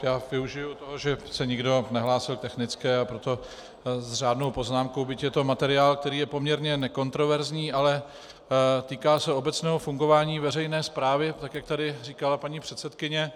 Já využiji toho, že se nikdo nehlásil k technické, a proto s řádnou poznámkou, byť je to materiál, který je poměrně nekontroverzní, ale týká se obecného fungování veřejné správy, tak jak tady říkala paní předsedkyně.